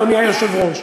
אדוני היושב-ראש,